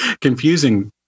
confusing